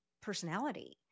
personality